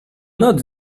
not